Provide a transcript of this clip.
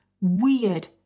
weird